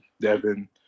Devin